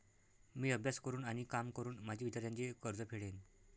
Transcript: मी अभ्यास करून आणि काम करून माझे विद्यार्थ्यांचे कर्ज फेडेन